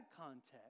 context